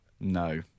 No